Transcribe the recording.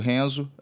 Renzo